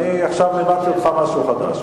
עכשיו, אני הבנתי אותך, משהו חדש.